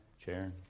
chair